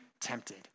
tempted